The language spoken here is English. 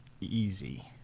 easy